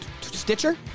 Stitcher